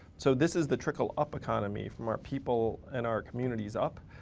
so this is the trickle up economy from our people and our communities up.